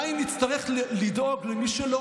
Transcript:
עדיין נצטרך לדאוג למי שלא,